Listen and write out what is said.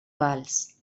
vals